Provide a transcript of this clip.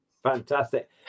Fantastic